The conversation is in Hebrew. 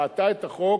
ראתה את החוק